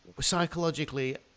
Psychologically